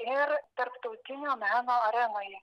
ir tarptautinio meno arenoj